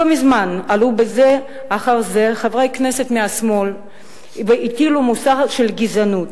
לא מזמן עלו בזה אחר זה חברי כנסת מהשמאל והטיפו מוסר על גזענות